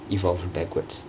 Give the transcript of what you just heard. evolved backwards